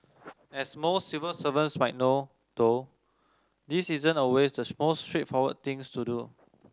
as most civil servants might know though this isn't always the most straightforward of things to do